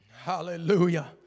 hallelujah